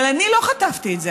אבל אני לא חטפתי את זה,